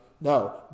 No